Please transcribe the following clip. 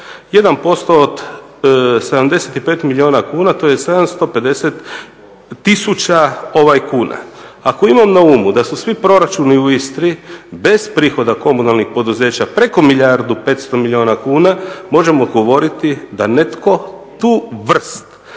1% od 75 milijuna kuna to je 750 000 kuna. Ako imam na umu da su svi proračuni u Istri bez prihoda komunalnih poduzeća preko milijardu 500 milijuna kuna, možemo govoriti da netko tu vrst